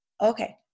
okay